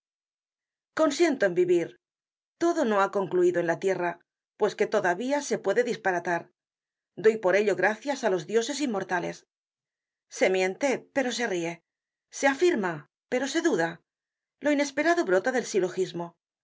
consiento en vivir todo no ha concluido en la tierra pues que todavía se puede disparatar doy por ello gracias á los dioses inmortales se miente pero se rie se afirma pero se duda lo inesperado brota del silogismo esto